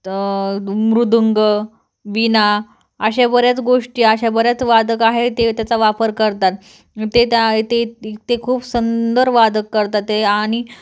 मृदूंग वीणा अशा बऱ्याच गोष्टी अशा बऱ्याच वादक आहेत ते त्याचा वापर करतात ते त्या आहे ते खूप सुंदर वादक करतात ते आणि